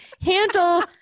handle